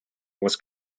was